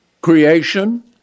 creation